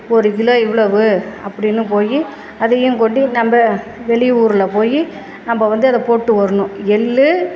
ஒரு கிலோ இவ்வளவு அப்படின்னு போய் அதையும் கொண்டு நம்ம வெளி ஊரில் போய் நம்ம வந்து அதை போட்டு வரணும் எள்ளு